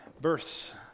births